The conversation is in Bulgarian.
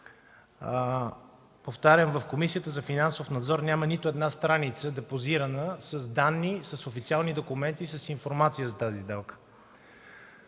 Повтарям, в Комисията за финансов надзор няма нито една депозирана страница с данни, с официални документи и с информация за тази сделка.